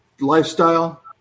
lifestyle